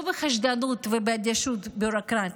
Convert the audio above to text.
לא בחשדנות ובאדישות ביורוקרטית.